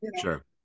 sure